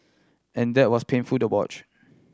and that was painful to watch